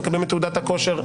ומקבלים ממנה את תעודת הכושר.